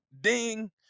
ding